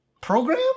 program